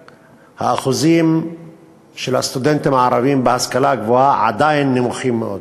והאחוזים של הסטודנטים הערבים בהשכלה הגבוהה עדיין נמוכים מאוד: